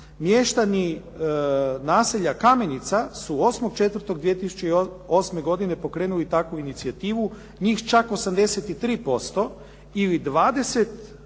mještani naselja Kamenica su 8. 04. 2008. godine pokrenuli takvu inicijativu, njih čak 83% ili 20